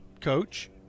coach